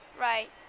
Right